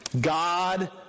God